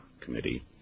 committee